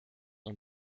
ont